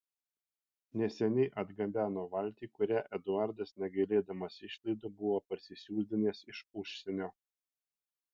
neseniai atgabeno valtį kurią eduardas negailėdamas išlaidų buvo parsisiųsdinęs iš užsienio